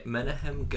Menahem